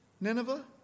Nineveh